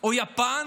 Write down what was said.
או יפן